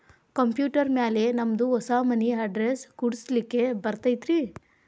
Computer ಮ್ಯಾಲೆ ನಮ್ದು ಹೊಸಾ ಮನಿ ಅಡ್ರೆಸ್ ಕುಡ್ಸ್ಲಿಕ್ಕೆ ಬರತೈತ್ರಿ?